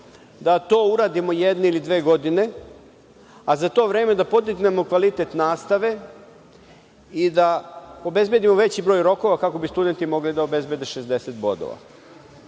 da to uradimo jednu ili dve godine, a za to vreme da podignemo kvalitet nastave i da obezbedimo veći broj rokova kako bi studenti mogli da obezbede 60 bodova.